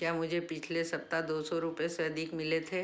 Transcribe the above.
क्या मुझे पिछले सप्ताह दो सौ रुपये से अधिक मिले थे